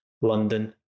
London